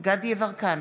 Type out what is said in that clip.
דסטה גדי יברקן,